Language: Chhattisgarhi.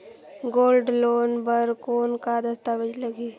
गोल्ड लोन बर कौन का दस्तावेज लगही?